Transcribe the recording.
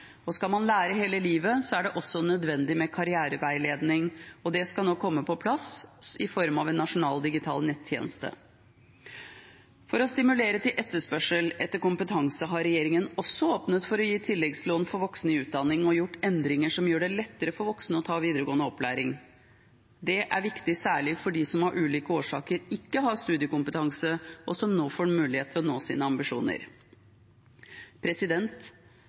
Skal man lære hele livet, er det også nødvendig med karriereveiledning, og det skal nå komme på plass i form av en nasjonal digital nettjeneste. For å stimulere til etterspørsel etter kompetanse har regjeringen også åpnet for å gi tilleggslån for voksne i utdanning og gjort endringer som gjør det lettere for voksne å ta videregående opplæring. Det er viktig, særlig for dem som av ulike årsaker ikke har studiekompetanse, og som nå får mulighet til å nå sine ambisjoner.